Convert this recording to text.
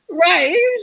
Right